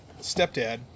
stepdad